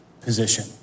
position